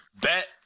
Bet